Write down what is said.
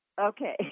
Okay